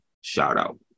shout-out